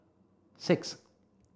six